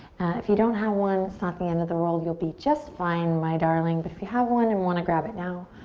if you don't have one, it's not the end of the world. you'll be just fine, my darling. but if you have one and want to grab it now,